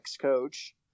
coach